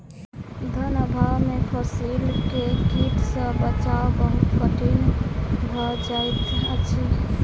धन अभाव में फसील के कीट सॅ बचाव बहुत कठिन भअ जाइत अछि